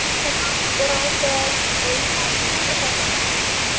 perhaps what i said may have had some effect at last.